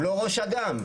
הוא לא ראש אג"מ.